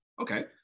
okay